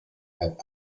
and